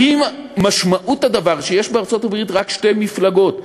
האם משמעות הדבר שיש בארצות-הברית רק שתי מפלגות,